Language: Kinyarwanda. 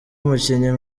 umukinnyi